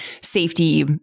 safety